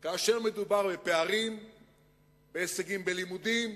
כאשר מדובר בפערים בהישגים בלימודים,